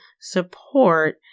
support